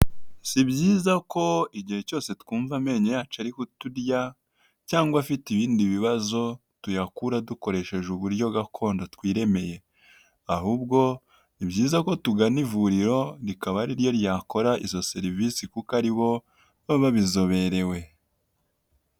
Si byiza ko igihe cyose twumva amenyo yacu ari kuturya cyangwa afite ibindi bibazo tuyakura dukoresheje uburyo gakondo twiremeye. Ahubwo, ni byiza ko tugana ivuriro rikaba ariryo ryakora izo serivisi kuko aribo baba babizoberewe.